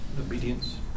Obedience